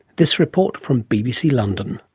this report from bbc london.